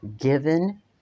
given